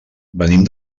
venim